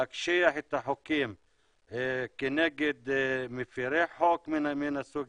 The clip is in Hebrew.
להקשיח את החוקים כנגד מפרי חוק מן הסוג